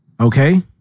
okay